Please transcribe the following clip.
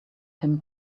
him